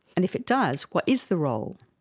and if it does, what is the role?